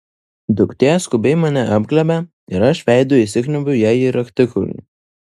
duktė skubiai mane apglėbia ir aš veidu įsikniaubiu jai į raktikaulį